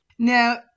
Now